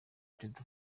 perezida